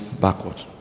backward